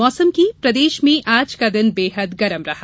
मौसम प्रदेश में आज का दिन बेहद गरम रहा